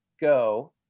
go